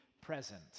present